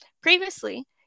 previously